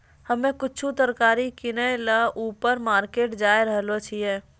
हम्मे कुछु तरकारी किनै ल ऊपर मार्केट जाय रहलो छियै